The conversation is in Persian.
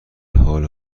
حال